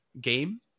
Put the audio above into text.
game